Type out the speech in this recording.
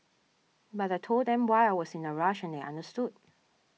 but I told them why I was in a rush and they understood